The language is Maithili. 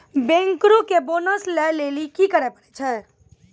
बैंकरो के बोनस लै लेली कि करै पड़ै छै?